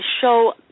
show